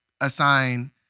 assign